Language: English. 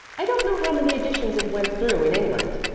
i don't know how many editions it went through in england,